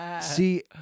See